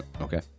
okay